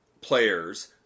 players